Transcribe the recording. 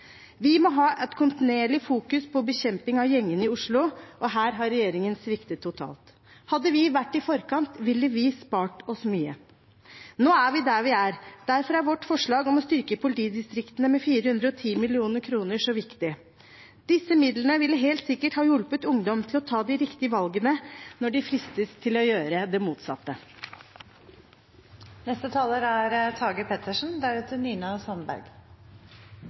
Vi må kontinuerlig fokusere på bekjemping av gjengene i Oslo, og her har regjeringen sviktet totalt. Hadde vi vært i forkant, ville vi spart oss mye. Nå er vi der vi er. Derfor er vårt forslag om å styrke politidistriktene med 410 mill. kr så viktig. Disse midlene ville helt sikkert ha hjulpet ungdom til å ta de riktige valgene når de fristes til å gjøre det motsatte. Det er